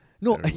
No